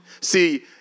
See